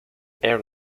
air